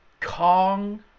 Kong